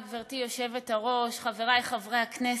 גברתי היושבת-ראש, תודה רבה, חברי חברי הכנסת,